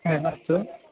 अस्तु